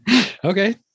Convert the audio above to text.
Okay